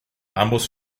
ambos